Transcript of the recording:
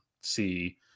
see